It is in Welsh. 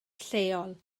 lleol